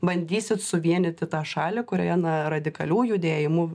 bandysit suvienyti tą šalį kurioje na radikalių judėjimų